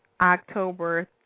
October